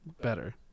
better